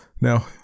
Now